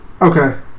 Okay